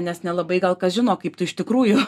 nes nelabai gal kas žino kaip tu iš tikrųjų